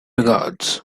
regards